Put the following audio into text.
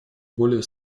более